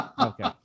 Okay